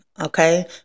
Okay